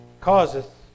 causeth